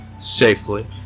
safely